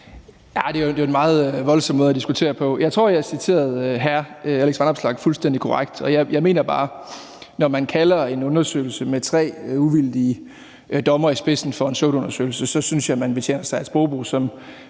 Det er jo en meget voldsom måde at diskutere på. Jeg tror, jeg citerede hr. Alex Vanopslagh fuldstændig korrekt, og jeg synes bare, at man, når man kalder en undersøgelse med tre uvildige dommere i spidsen for en pseudoundersøgelse, så betjener sig af en sprogbrug,